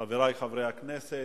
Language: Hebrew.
חברי חברי הכנסת,